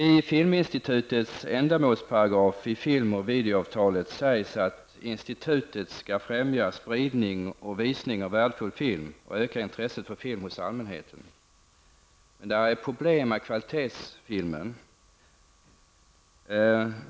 I Filminstitutets ändamålsparagraf i film och videoavtalet sägs att institutet skall främja spridning och visning av värdefull film och öka intresset för film hos allmänheten. Det är dock problem för kvalitetsfilmen.